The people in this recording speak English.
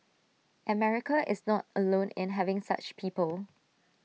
America is not alone in having such people